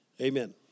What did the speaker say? amen